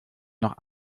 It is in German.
noch